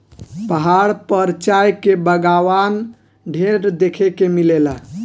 पहाड़ पर चाय के बगावान ढेर देखे के मिलेला